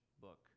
book